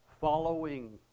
following